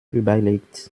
überlegt